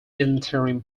interim